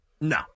No